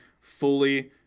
fully